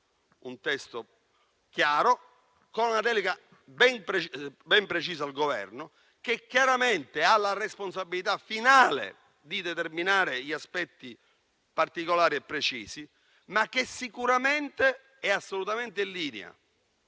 un testo chiaro, con una delega ben precisa al Governo, che chiaramente ha la responsabilità finale di determinare alcuni aspetti particolari e precisi, ma che è assolutamente in linea